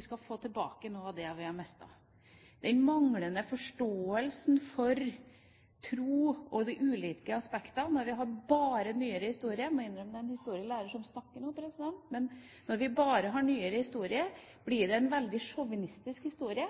skal få tilbake noe av det vi har mistet. Vi mangler forståelsen for tro og de ulike aspektene når vi bare har nyere historie – jeg må innrømme at det er en historielærer som snakker nå. Når vi bare har nyere historie, blir det en veldig sjåvinistisk historie,